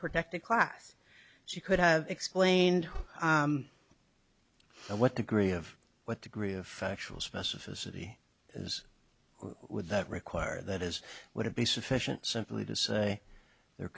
protected class she could have explained what degree of what degree of factual specificity is would that require that is would it be sufficient simply to say the